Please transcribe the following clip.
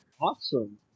Awesome